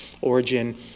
origin